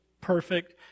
perfect